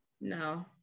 No